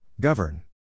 Govern